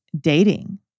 dating